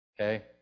Okay